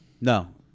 No